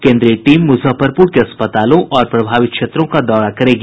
केन्द्रीय टीम मुजफ्फरपुर के अस्पतालों और प्रभावित क्षेत्रों का दौरा करेगी